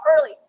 early